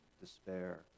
despair